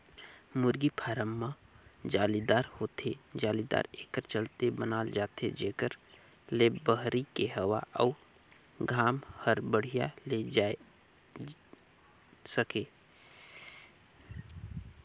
मुरगी फारम ह जालीदार होथे, जालीदार एकर चलते बनाल जाथे जेकर ले बहरी के हवा अउ घाम हर बड़िहा ले आये जाए सके